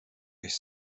ich